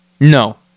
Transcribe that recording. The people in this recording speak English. No